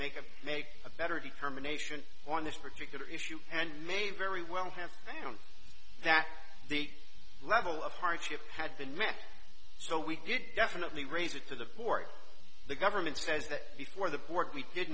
make a make a better determination on this particular issue and may very well have found that the level of hardship had been met so we didn't definitely raise it to the court the government says that before the board we did